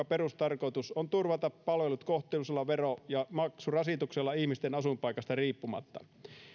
perustarkoitus on turvata palvelut kohtuullisella vero ja maksurasituksella ihmisten asuinpaikasta riippumatta